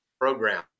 program